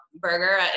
burger